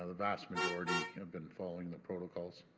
ah the mass majority has been following the protocols.